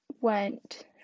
went